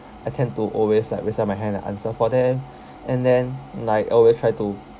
I tend to always like raise up my hand and answer for them and then like always try to